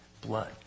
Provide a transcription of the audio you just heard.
blood